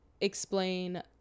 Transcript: explain